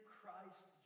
Christ